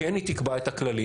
כן היא תקבע את הכללים.